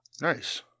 Nice